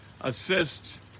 assists